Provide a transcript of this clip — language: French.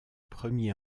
premier